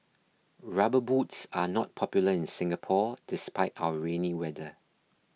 rubber boots are not popular in Singapore despite our rainy weather